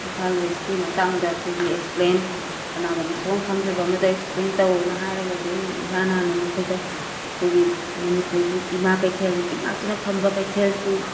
ꯏꯝꯐꯥꯜ ꯋꯦꯁꯀꯤ ꯃꯇꯥꯡꯗ ꯑꯩꯈꯣꯏꯒꯤ ꯑꯦꯛꯁꯄ꯭ꯂꯦꯟ ꯀꯅꯥꯒꯨꯝꯕ ꯁꯨꯛꯈꯪ ꯈꯪꯗ꯭ꯔꯤꯕ ꯑꯃꯗ ꯑꯦꯛꯁꯄ꯭ꯂꯦꯟ ꯇꯧꯋꯣꯅ ꯍꯥꯏꯔꯒꯗꯤ ꯑꯩꯅ ꯏꯍꯥꯟ ꯍꯥꯟꯅ ꯃꯈꯣꯏꯗ ꯑꯈꯣꯏꯒꯤ ꯃꯅꯤꯄꯨꯔꯒꯤ ꯏꯃꯥ ꯀꯩꯊꯦꯜ ꯅꯨꯄꯤ ꯉꯥꯛꯇꯅ ꯐꯝꯕ ꯀꯩꯊꯦꯜꯁꯤ